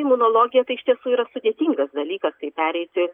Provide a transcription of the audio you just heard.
imunologija tai iš tiesų yra sudėtingas dalykas tai pereiti